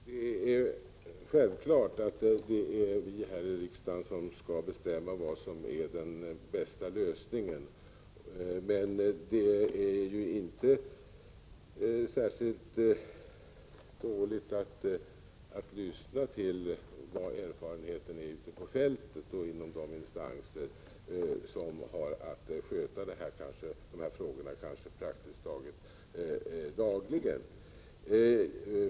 Fru talman! Det är självklart att det är vi här i riksdagen som skall bestämma vad som är den bästa lösningen, men det är ju inte särskilt dåligt att lyssna till erfarenheter ute på fältet och inom de instanser som praktiskt taget dagligen har att sköta sådana här frågor.